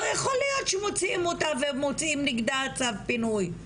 לא יכול להיות שמוציאים אותה ומוציאים נגדה צו פינוי,